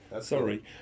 Sorry